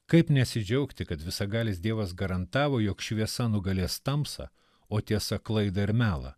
kaip nesidžiaugti kad visagalis dievas garantavo jog šviesa nugalės tamsą o tiesa klaidą ir melą